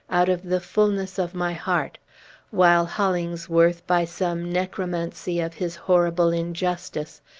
out of the fulness of my heart while hollingsworth, by some necromancy of his horrible injustice,